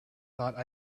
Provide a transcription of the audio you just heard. thought